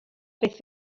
beth